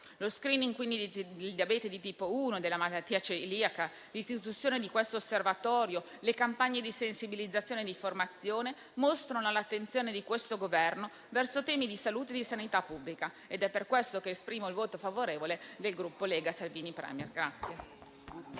Lo *screening* del diabete di tipo 1 e della malattia celiaca, quindi, l'istituzione di questo osservatorio, le campagne di sensibilizzazione e di formazione mostrano l'attenzione del Governo ai temi di salute e di sanità pubblica ed è per questo che dichiaro il voto favorevole del Gruppo Lega Salvini Premier-Partito